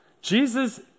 Jesus